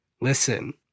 listen